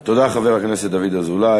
תודה, חבר הכנסת דוד אזולאי.